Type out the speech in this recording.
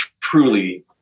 truly